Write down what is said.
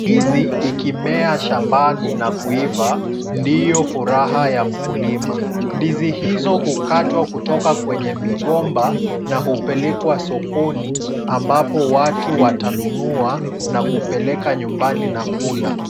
Ndizi ikimea shambani na kuiva ndio furaha ya mkulima. Ndizi hizo ukatwa kutoka kwenye migomba na kupelekwa sokoni ambapo watu watanunua na kupeleka nyumbani na kula.